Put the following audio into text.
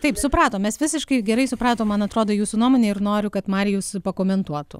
taip supratom mes visiškai gerai supratom man atrodo jūsų nuomonę ir noriu kad marijus pakomentuotų